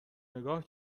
نگاه